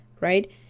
right